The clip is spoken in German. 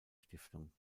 stiftung